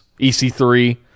EC3